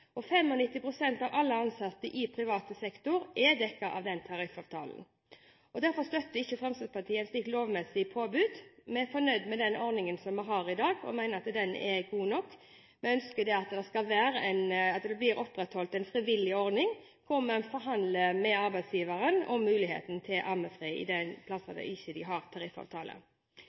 av alle ansatte i privat sektor er dekket av den tariffavtalen. Derfor støtter ikke Fremskrittspartiet et slikt lovmessig påbud. Vi er fornøyd med den ordningen som vi har i dag, og mener at den er god nok. Vi ønsker at det blir opprettholdt en frivillig ordning hvor man forhandler med arbeidsgiveren om muligheten til ammefri de stedene de ikke har tariffavtale.